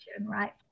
right